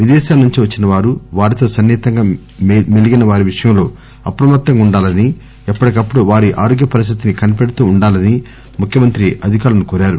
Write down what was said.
విదేశాల నుంచి వచ్చిన వారు వారితో సన్ని హితంగా మెదిలీన వారి విషయంలో అప్రమత్తంగా ఉండాలని ఎప్పటికప్పుడు వారి ఆరోగ్య పరిస్థితిని కనిపెడుతూ ఉండాలని సిఎం అధికారులను కోరారు